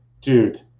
dude